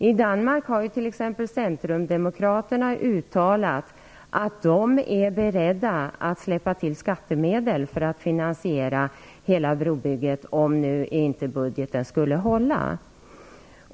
I Danmark har Centrumdemokraterna uttalat att de är beredda att släppa till skattemedel för att finansiera brobygget, om inte budgeten skulle hålla.